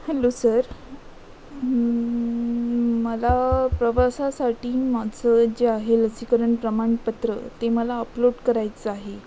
hello sir मला प्रवासासाठी माझं जे आहे लसीकरण प्रमाणपत्र ते मला अपलोड करायचं आहे